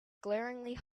glaringly